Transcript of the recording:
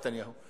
נתניהו,